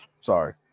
sorry